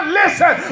listen